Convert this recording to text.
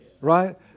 right